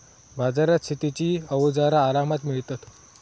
बाजारात शेतीची अवजारा आरामात मिळतत